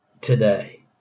today